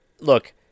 Look